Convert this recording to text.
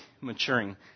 maturing